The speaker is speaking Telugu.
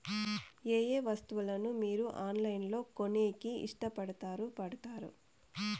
ఏయే వస్తువులను మీరు ఆన్లైన్ లో కొనేకి ఇష్టపడుతారు పడుతారు?